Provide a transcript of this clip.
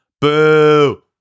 boo